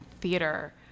theater